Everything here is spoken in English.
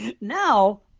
now